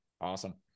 awesome